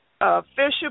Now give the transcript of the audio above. official